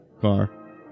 car